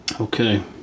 okay